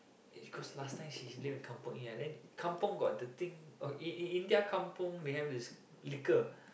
cause last time she's live in kampung ya then kampung got the thing i~ in India kampung we have this liquor